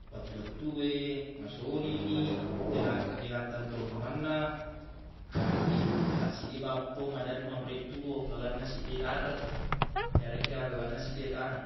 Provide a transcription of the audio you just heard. Wettu-wettu we masoli ni deq na- deq nattentu onrongenna yareggi tassiddi ba pong maderri nonroi tuwo lalenna seddi e dareq yareggi lalenna seddi e tana